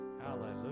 hallelujah